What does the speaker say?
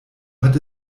hat